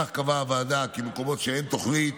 כך קבעה הוועדה כי במקומות שבהם אין תוכנית